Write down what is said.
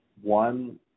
One